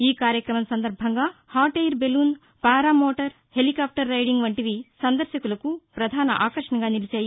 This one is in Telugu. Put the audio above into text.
ఈ కార్యక్రమం సందర్బంగా hot air balloon paramotor helicopter riding వంటివి సందర్భకులకు ప్రధాన ఆకర్షణగా నిలిచాయి